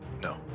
No